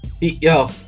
Yo